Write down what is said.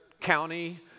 County